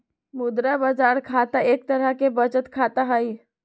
मुद्रा बाजार खाता एक तरह के बचत खाता हई